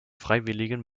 freiwilligen